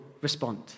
respond